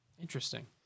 Interesting